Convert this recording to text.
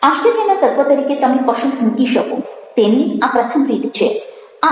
આશ્ચર્યના તત્વ તરીકે તમે કશુંક મૂકી શકો તેની આ પ્રથમ રીત છે